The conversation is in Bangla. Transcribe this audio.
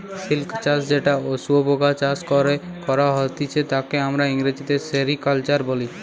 সিল্ক চাষ যেটা শুয়োপোকা চাষ করে করা হতিছে তাকে আমরা ইংরেজিতে সেরিকালচার বলি